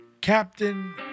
captain